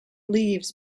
leaves